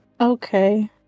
Okay